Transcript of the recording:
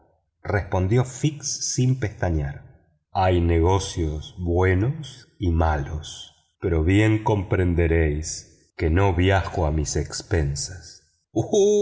respondió fix sin pestañear hay negocios buenos y malos pero bien comprenderéis que no viajo a mis expensas